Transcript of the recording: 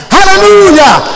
Hallelujah